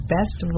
Best